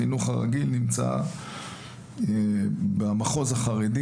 החינוך הרגיל נמצא במחוז החרדי,